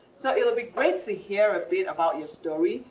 so it would be great to hear a bit about your story.